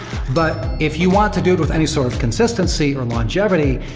but, if you want to do it with any sort of consistency or longevity,